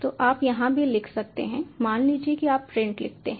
तो आप यहाँ भी लिख सकते हैं मान लीजिए कि आप प्रिंट लिखते हैं